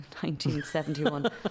1971